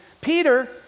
Peter